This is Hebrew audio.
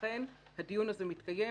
ולכן הדיון הזה מתקיים.